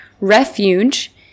refuge